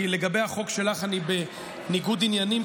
כי לגבי החוק שלך אני בניגוד עניינים,